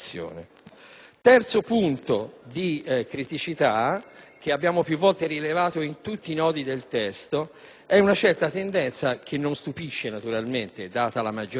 terzo punto di criticità, che abbiamo più volte rilevato in tutti i nodi del testo, è una certa tendenza, che naturalmente non stupisce data la maggioranza che